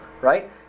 right